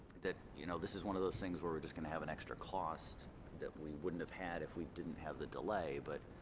that you know this is one of those things were were just going to have an extra cost that we wouldn't have had if we didn't have the delay but